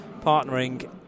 partnering